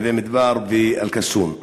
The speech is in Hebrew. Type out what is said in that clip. נווה-מדבר ואל-קסום?